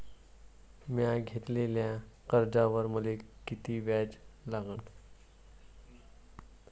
म्या घेतलेल्या कर्जावर मले किती व्याज लागन?